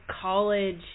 college